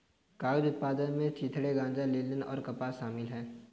कागज उत्पादन में चिथड़े गांजा लिनेन और कपास शामिल है